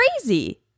crazy